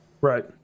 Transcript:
Right